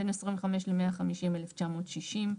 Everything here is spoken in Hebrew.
בין 25 ל-150 - 1,960 שקלים.